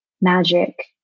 magic